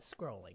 scrolling